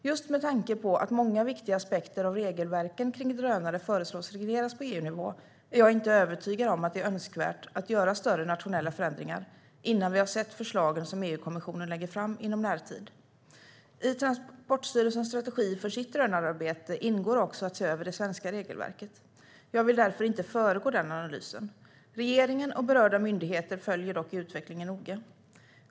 Just med tanke på att många viktiga aspekter av regelverken kring drönare föreslås regleras på EU-nivå är jag inte övertygad om att det är önskvärt att göra större nationella förändringar innan vi har sett de förslag som EU-kommissionen lägger fram i närtid. I Transportstyrelsens strategi för sitt drönararbete ingår också att se över det svenska regelverket. Jag vill därför inte föregå den analysen. Regeringen och berörda myndigheter följer dock utvecklingen noga.